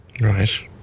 Right